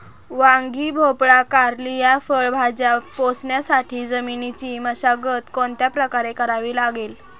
वांगी, भोपळा, कारली या फळभाज्या पोसण्यासाठी जमिनीची मशागत कोणत्या प्रकारे करावी लागेल?